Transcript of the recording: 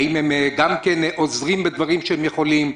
האם הם עוזרים בדברים שהם יכולים?